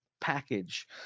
package